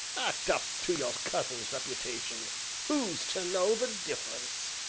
act up to your cousin's reputation who's to know the difference?